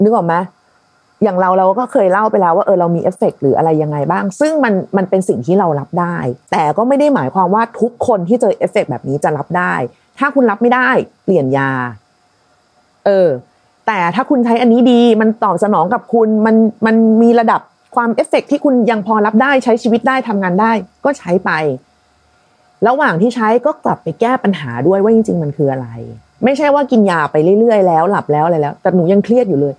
นึกออกไหม? อย่างเรา เราก็เคยเล่าไปแล้วว่า เออ เรามีเอฟเฟกต์หรืออะไรยังไงบ้าง ซึ่งมัน- มันเป็นสิ่งที่เรารับได้ แต่ก็ไม่ได้หมายความว่าทุกคนที่เจอเอฟเฟกต์แบบนี้จะรับได้ ถ้าคุณรับไม่ได้ เปลี่ยนยา เออ แต่ถ้าคุณใช้อันนี้ดี มันตอบสนองกับคุณ มัน- มันมีระดับความเอฟเฟกต์ที่คุณยังพอรับได้ ใช้ชีวิตได้ ทำงานได้ ก็ใช้ไป ระหว่างที่ใช้ก็กลับไปแก้ปัญหาด้วย ว่าจริงๆมันคืออะไร ไม่ใช่ว่ากินยาไปเรื่อยๆ แล้วหลับแล้วอะไรแล้ว แต่หนูยังเครียดอยู่เลย